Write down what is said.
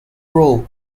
role